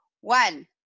One